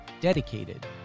dedicated